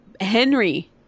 Henry